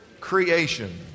creation